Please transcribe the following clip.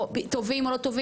או טובים או לא טובים,